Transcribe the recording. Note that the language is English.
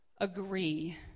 agree